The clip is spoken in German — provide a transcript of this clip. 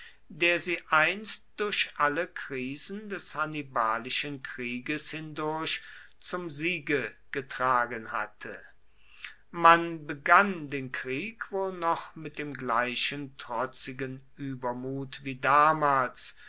der sie einst durch alle krisen des hannibalischen krieges hindurch zum siege getragen hatte man begann den krieg wohl noch mit dem gleichen trotzigen übermut wie damals